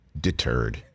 deterred